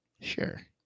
Sure